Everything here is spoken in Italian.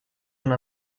una